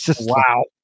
Wow